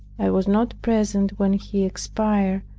i was not present when he expired,